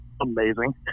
Amazing